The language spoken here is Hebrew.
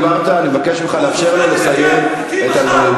נא לאפשר לו לסיים את הדברים.